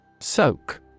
Soak